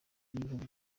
y’ibihugu